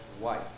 wife